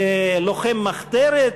ללוחם מחתרת,